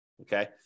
okay